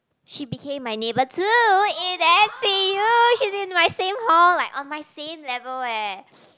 she became my neighbor too in N_T_U she's in my same hall like on my same level eh